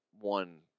one